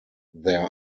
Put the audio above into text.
there